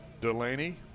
Delaney